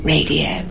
Radio